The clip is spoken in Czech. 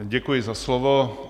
Děkuji za slovo.